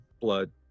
Blood